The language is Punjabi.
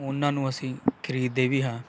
ਉਹਨਾਂ ਨੂੰ ਅਸੀਂ ਖ਼ਰੀਦਦੇ ਵੀ ਹਾਂ